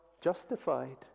justified